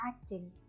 acting